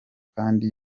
kandi